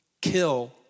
kill